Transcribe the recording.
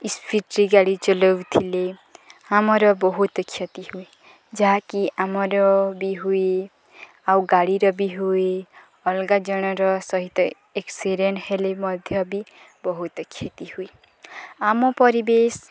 ସ୍ପିଡ଼ରେ ଗାଡ଼ି ଚଲାଉଥିଲେ ଆମର ବହୁତ କ୍ଷତି ହୁଏ ଯାହାକି ଆମର ବି ହୁଏ ଆଉ ଗାଡ଼ିର ବି ହୁଏ ଅଲଗା ଜଣର ସହିତ ଏକ୍ସିଡେଣ୍ଟ ହେଲେ ମଧ୍ୟ ବି ବହୁତ କ୍ଷତି ହୁଏ ଆମ ପରିବେଶ